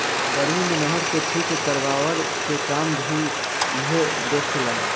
गर्मी मे नहर के ठीक करवाए के काम भी इहे देखे ला